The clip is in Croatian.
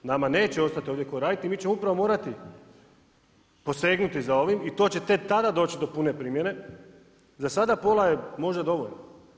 Nama neće ostat ko raditi i mi ćemo upravo morati posegnuti za ovim i to će tek tada doći do pune primjene, za sada pola je možda dovoljno.